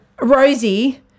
Rosie